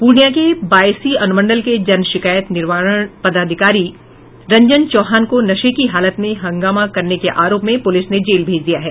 पूर्णिया के बायसी अनुमंडल के जन शिकायत निवारण पदाधिकारी रंजन चौहान को नशे की हालत में हंगामा करने के आरोप में पूलिस ने जेल भेजा भेज दिया है